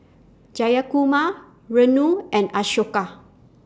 Jayakumar Renu and Ashoka